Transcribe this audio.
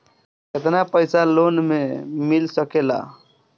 केतना पाइसा लोन में मिल सकेला?